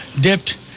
dipped